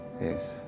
Yes